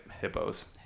hippos